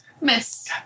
Miss